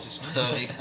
Sorry